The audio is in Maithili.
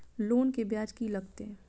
लोन के ब्याज की लागते?